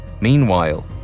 Meanwhile